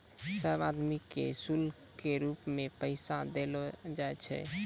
सब आदमी के शुल्क के रूप मे पैसा देलो जाय छै